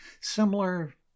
Similar